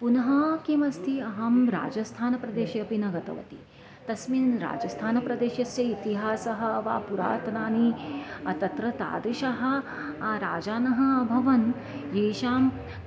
पुनः किमस्ति अहं राजस्थानप्रदेशे अपि न गतवती तस्मिन् राजस्थानप्रदेशस्य इतिहासः वा पुरातनानि तत्र तादृशः राजानः अभवन् येषां